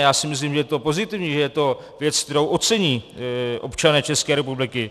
Já si myslím, že je to pozitivní, že je to věc, kterou ocení občané České republiky.